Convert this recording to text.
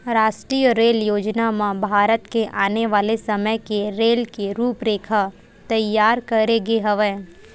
रास्टीय रेल योजना म भारत के आने वाले समे के रेल के रूपरेखा तइयार करे गे हवय